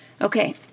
Okay